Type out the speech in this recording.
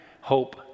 hope